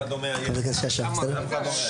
חברת הכנסת שאשא ביטון.